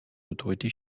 autorités